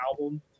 album